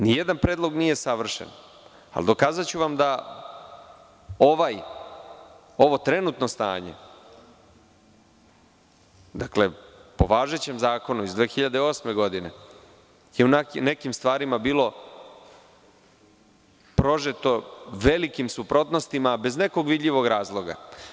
Ni jedan predlog nije savršen, ali dokazaću vam da ovo trenutno stanje, po važećem zakonu iz 2008. godine je u nekim stvarima bilo prožeto velikim suprotnostima bez nekog vidljivog razloga.